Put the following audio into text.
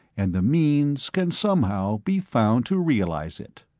and the means can somehow be found to realize it.